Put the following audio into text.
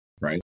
right